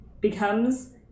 becomes